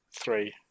Three